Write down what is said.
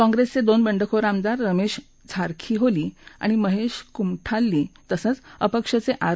काँग्रेसचे दोन बंडखोर आमदार रमेश झारखींहोली आणि महेश कुमठाल्ली तसेच अपक्षचे आर